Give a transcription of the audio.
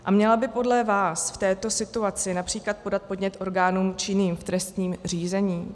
A měla by podle vás v této situaci například podat podnět orgánům činným v trestním řízení?